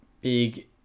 Big